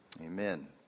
Amen